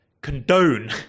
condone